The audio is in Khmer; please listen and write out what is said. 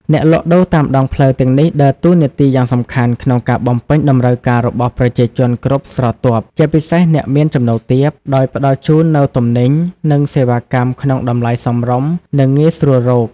អ្នកលក់ដូរតាមដងផ្លូវទាំងនេះដើរតួនាទីយ៉ាងសំខាន់ក្នុងការបំពេញតម្រូវការរបស់ប្រជាជនគ្រប់ស្រទាប់ ជាពិសេសអ្នកមានចំណូលទាប ដោយផ្តល់ជូននូវទំនិញ និងសេវាកម្មក្នុងតម្លៃសមរម្យ និងងាយស្រួលរក ។